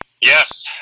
Yes